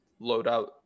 loadout